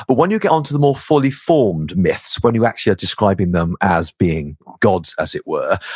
but when you get on to the more fully-formed myths, when you actually are describing them as being gods as it were,